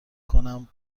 کنم